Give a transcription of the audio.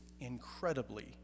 incredibly